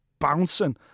bouncing